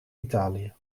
italië